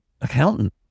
accountant